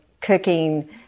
cooking